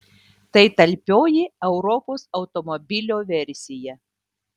tai talpioji europos automobilio versija